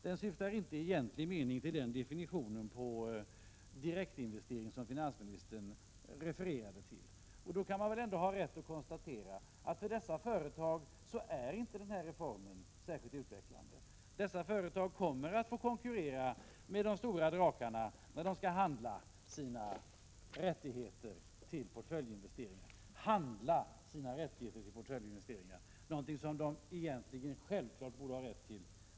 Den svarar inte i egentlig mening mot den definition på direktinvestering som finansministern refererat till. Man kan alltså konstatera att den aktuella reformen inte är särskilt utvecklande för företaget i fråga. Det kommer att få konkurrera med de stora drakarna när det skall köpa en rätt till portföljinvesteringar. Det borde egentligen ha en självklar rätt att göra sådana.